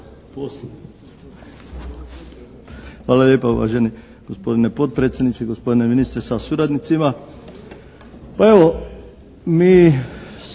Hvala lijepa uvaženi potpredsjedniče i gospodine ministre sa suradnicima. Pa evo mi